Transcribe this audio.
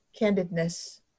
candidness